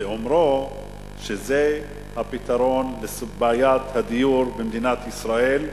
באומרו שזה הפתרון לבעיית הדיור במדינת ישראל,